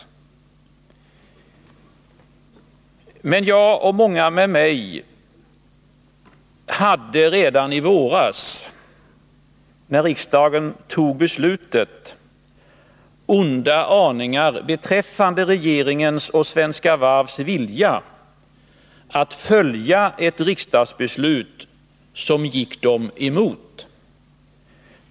Men jag och många med mig hade redan i våras, när riksdagen fattade beslutet, onda aningar beträffande regeringens och Svenska Varvs vilja att följa ett riksdagsbeslut som gick dem emot.